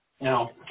Now